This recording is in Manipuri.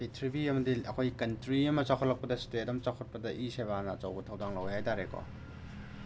ꯄꯤꯊ꯭ꯔꯤꯕꯤ ꯑꯃꯗꯤ ꯑꯩꯈꯣꯏ ꯀꯟꯇ꯭ꯔꯤ ꯑꯃ ꯆꯥꯎꯈꯠꯂꯛꯄꯗ ꯏꯁꯇꯦꯠ ꯑꯃ ꯆꯥꯎꯈꯠꯄꯗ ꯏ ꯁꯦꯋꯥꯅ ꯑꯆꯧꯕ ꯊꯧꯗꯥꯡ ꯂꯧꯋꯦ ꯍꯥꯏ ꯇꯥꯔꯦꯀꯣ